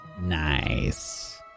nice